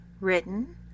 written